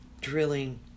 drilling